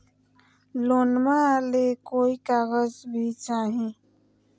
लोनमा ले कोई कागज भी चाही?